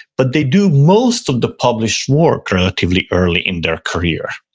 but they do most of the published work relatively early in their career.